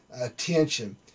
attention